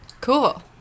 Cool